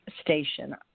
station